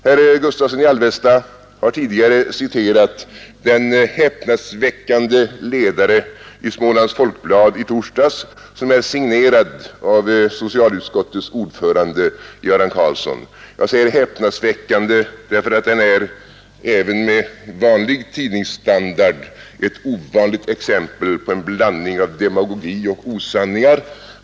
Herr Gustavsson i Alvesta har tidigare citerat den häpnadsväckande ledare i Smålands Folkblad i torsdags som är signerad av socialutskottets ordförande Göran Karlsson. Jag säger häpnadsväckande därför att den är även med vanlig tidningsstandard ett ovanligt exempel på en blandning av demagogi och osanningar.